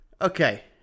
Okay